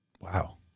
Wow